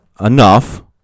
enough